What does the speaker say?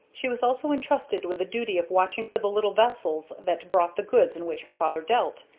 she was also intrusted with the duty of watching for the little vessels that brought the goods in which her father dealt,